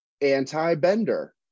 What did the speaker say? anti-bender